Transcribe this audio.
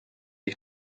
ich